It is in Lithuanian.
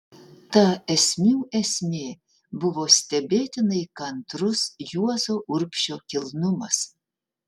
ta esmių esmė buvo stebėtinai kantrus juozo urbšio kilnumas